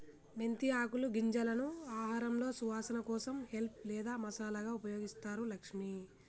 మెంతి ఆకులు గింజలను ఆహారంలో సువాసన కోసం హెల్ప్ లేదా మసాలాగా ఉపయోగిస్తారు లక్ష్మి